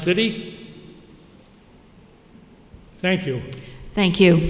city thank you thank you